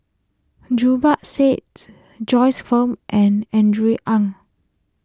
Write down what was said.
Zubir sits Joyce Fan and Andrew Ang